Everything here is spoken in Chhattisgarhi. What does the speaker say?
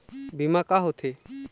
बीमा का होते?